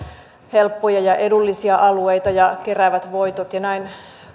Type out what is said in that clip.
helppoja ja edullisia alueita ja keräävät voitot ja näin